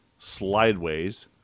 slideways